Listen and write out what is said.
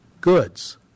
goods